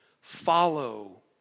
Follow